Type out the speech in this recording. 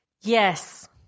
Yes